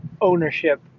ownership